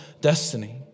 destiny